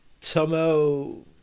Tomo